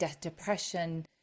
depression